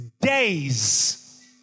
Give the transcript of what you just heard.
days